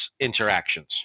interactions